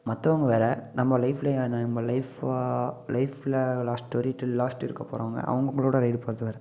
மற்றவுங்க வேறு நம்ம லைஃப்பில் யா நம்ப லைஃப்ஃபாக லைஃப்பில் லாஸ்ட் வரைக்கும் டில் லாஸ்ட் இருக்க போகறவுங்க அவங்கவுங்களோட ரைட் போகறது வேறு